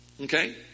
Okay